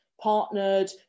partnered